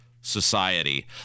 society